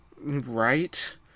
Right